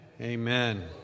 amen